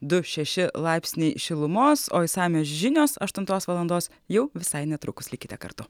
du šeši laipsniai šilumos o išsamios žinios aštuntos valandos jau visai netrukus likite kartu